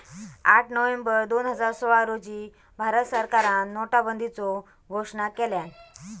आठ नोव्हेंबर दोन हजार सोळा रोजी भारत सरकारान नोटाबंदीचो घोषणा केल्यान